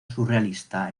surrealista